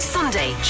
Sunday